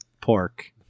pork –